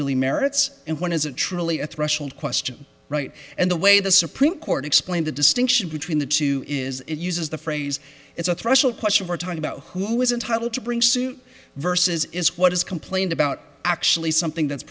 really merits and when is it truly a threshold question right and the way the supreme court explained the distinction between the two is it uses the phrase it's a threshold question we're talking about who is entitled to bring suit versus is what is complained about actually something that's